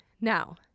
Now